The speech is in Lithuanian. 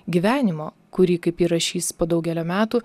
gyvenimo kurį kaip ji rašys po daugelio metų